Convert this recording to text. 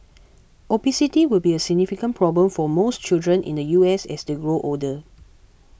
obesity will be a significant problem for most children in the U S as they grow older